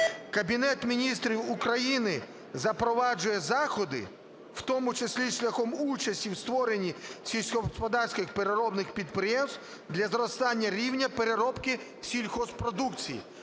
"Кабінет Міністрів України запроваджує заходи, в тому числі шляхом участі в створенні сільськогосподарських переробних підприємств для зростання рівня переробки сільгосппродукції".